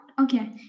Okay